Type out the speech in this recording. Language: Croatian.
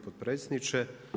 potpredsjedniče.